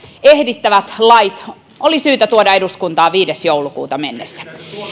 ehdittävät lait oli syytä tuoda eduskuntaan viides joulukuuta mennessä